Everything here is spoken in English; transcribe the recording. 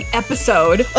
episode